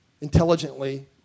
intelligently